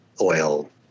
oil